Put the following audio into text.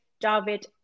David